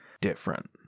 different